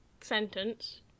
sentence